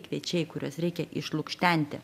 kviečiai kuriuos reikia išlukštenti